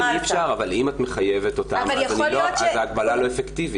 אבל אם את מחייבת אותם, ההגבלה לא אפקטיבית.